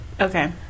Okay